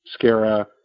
SCARA